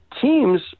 teams